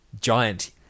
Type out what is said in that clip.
giant